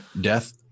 death